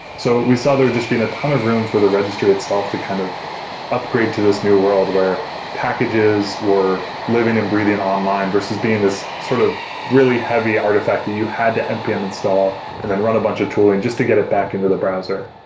so we saw there'd just been a ton of room for the registry itself to kind of upgrade to this new world where packages were living and breathing online versus being this sort of really heavy artifact the you had to npm install and then run a bunch of tooling just to get it back into the browser.